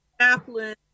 chaplain